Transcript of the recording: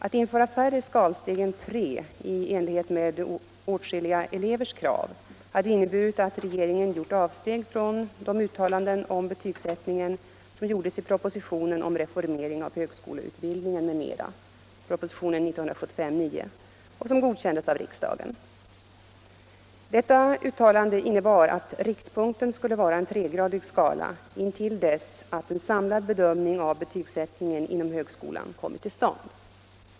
Att införa färre skalsteg än tre, i enlighet med åtskilliga elevers krav, hade inneburit att regeringen gjort avsteg från de uttalanden om betygsättningen som finns i propositionen om reformering av högskoleutbildningen m.m. och som godkändes av riksdagen. Detta uttalande innebar att riktpunkten skulle vara en tregradig skala intill dess att en samlad prövning av betygsättningen inom högskolan kommit till stånd.